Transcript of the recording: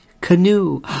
canoe